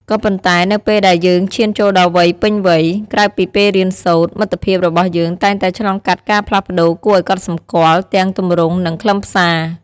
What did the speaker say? ក៏ប៉ុន្តែ នៅពេលដែលយើងឈានចូលដល់វ័យពេញវ័យ ក្រៅពីពេលរៀនសូត្រ មិត្តភាពរបស់យើងតែងតែឆ្លងកាត់ការផ្លាស់ប្តូរគួរឱ្យកត់សម្គាល់ ទាំងទម្រង់ និងខ្លឹមសារ។